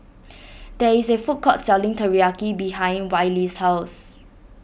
there is a food court selling Teriyaki behind Wiley's house